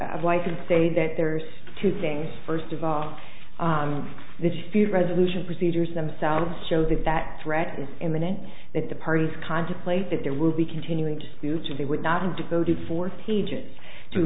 of life and say that there's two things first of all these few resolution procedures themselves show that that threat is imminent that the parties contemplate that there will be continuing to do so they would not have devoted fourth pages t